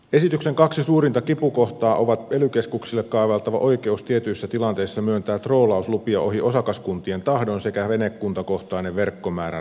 esityksen kaksi suurinta kipukohtaa ovat ely keskuksille kaavailtava oikeus tietyissä tilanteissa myöntää troolauslupia ohi osakaskuntien tahdon sekä venekuntakohtainen verkkomäärän rajoitus kahdeksaan